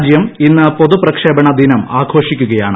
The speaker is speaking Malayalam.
രാജൃം ഇന്ന് പൊതു പ്രക്ഷേപണ ദിനം ആഘോഷിക്കുകയാണ്